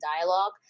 dialogue